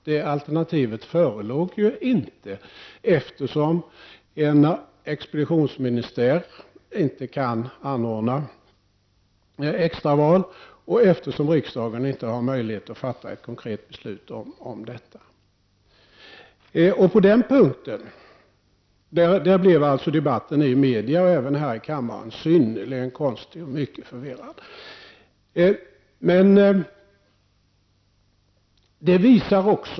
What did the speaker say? Det alternativet förelåg inte, eftersom en expeditionsministär inte kan anordna extra val och eftersom riksdagen inte har möjlighet att fatta ett konkret beslut om detta. På den punkten blev således debatten i media och även här i kammaren synnerligen konstig och mycket förvirrad.